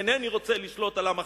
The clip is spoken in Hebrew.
אינני רוצה לשלוט על עם אחר.